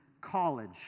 College